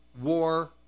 war